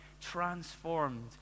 transformed